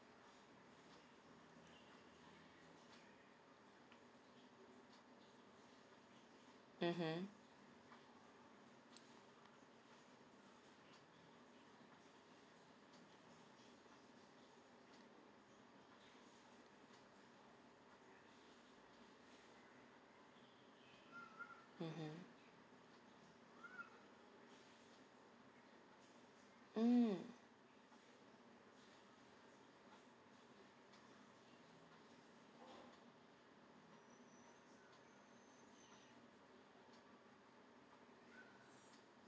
mmhmm mmhmm mm